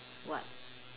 what